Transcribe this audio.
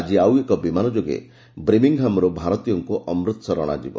ଆଜି ଆଉ ଏକ ବିମାନ ଯୋଗେ ବ୍ରିମିଙ୍ଗ୍ହାମ୍ର ଭାରତୀୟମାନଙ୍କୁ ଅମୃତସର ଅଣାଯିବ